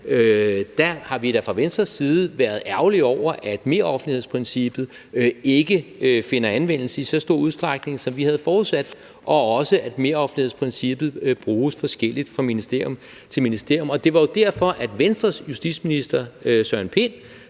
at vi da fra Venstres side har været ærgerlige over, at meroffentlighedsprincippet ikke finder anvendelse i så stor udstrækning, som vi havde forudsat, og også, at meroffentlighedsprincippet bruges forskelligt fra ministerium til ministerium. Det var jo derfor, at Venstres justitsminister Søren Pind